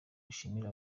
mushimishe